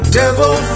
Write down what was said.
devil